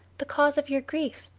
the cause of your grief.